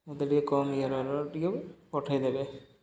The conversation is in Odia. ମତେ ଟିକେ କମ୍ ଇଆଡର୍ ଟିକେ ପଠେଇଦେବେ